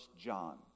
John